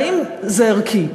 והאם זה ערכי.